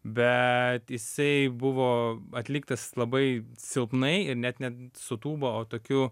bet jisai buvo atliktas labai silpnai ir net ne su tūba o tokiu